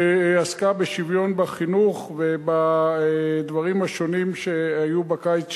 שעסקה בשוויון בחינוך ובדברים השונים שהיו בקיץ שעבר,